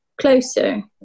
closer